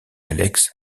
alex